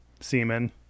semen